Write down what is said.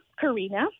Karina